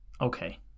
Okay